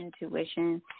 intuition